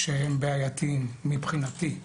שהם בעייתיים מבחינתי.